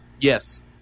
Yes